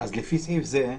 לפי סעיף זה,